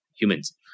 humans